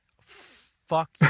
fuck